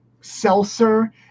seltzer